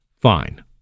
Fine